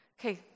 okay